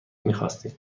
میخواستیم